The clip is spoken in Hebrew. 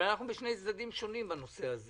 אבל אנחנו בשני צדדים שונים בנושא הזה